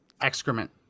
Excrement